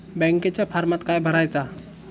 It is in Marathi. बँकेच्या फारमात काय भरायचा?